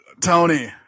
Tony